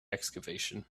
excavation